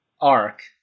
arc